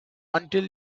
until